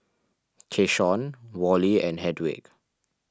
Keshaun Worley and Hedwig